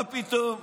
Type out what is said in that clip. מה פתאום?